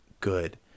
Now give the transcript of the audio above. good